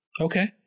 Okay